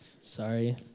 sorry